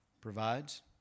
provides